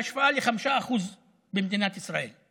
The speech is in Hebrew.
בהשוואה ל-5% במדינת ישראל.